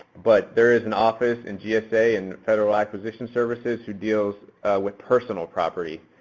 but there is an office in gsa and federal acquisition services who deals with personal property.